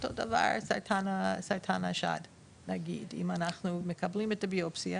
אותו דבר על סרטן השד לדוגמה אם אנחנו מקבלים את הביופסיה